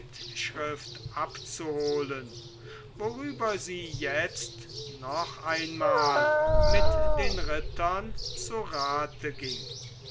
bittschrift abzuholen worüber sie jetzt noch einmal mit den rittern zu rathe ging